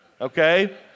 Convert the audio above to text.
okay